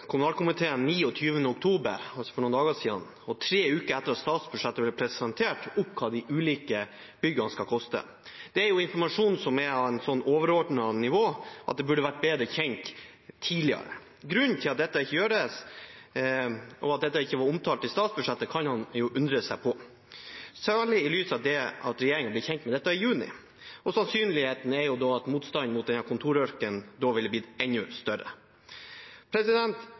kommunalkomiteen 29. oktober, altså for noen dager siden, og tre uker etter at statsbudsjettet ble presentert, hva de ulike byggene skal koste. Det er jo informasjon som er på et såpass overordnet nivå at det burde vært bedre kjent, tidligere. Grunnen til at dette ikke gjøres, og at dette ikke var omtalt i statsbudsjettet, kan man jo undre seg på, særlig i lys av at regjeringen ble kjent med dette i juni, og sannsynligheten er jo at motstanden mot denne kontorørkenen da ville blitt enda større.